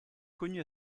connu